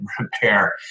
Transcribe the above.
repair